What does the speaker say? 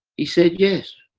he said yes